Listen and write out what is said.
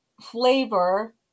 flavor